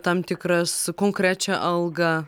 tam tikras konkrečią algą